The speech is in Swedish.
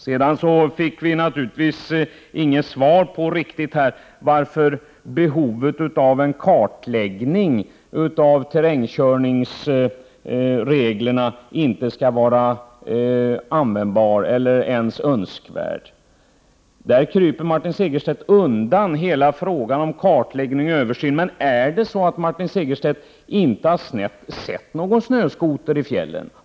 Sedan fick vi naturligtvis inget riktigt svar på frågan varför en kartläggning av terrängkörningsreglerna inte ens är önskvärd. Behov därav finns ju. Martin Segerstedt kryper undan hela frågan om kartläggning och översyn. Har inte Martin Segerstedt sett någon snöskoter i fjällen?